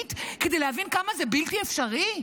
ימנית כדי להבין כמה זה בלתי אפשרי?